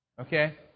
Okay